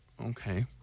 Okay